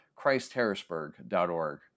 ChristHarrisburg.org